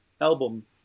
album